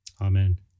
Amen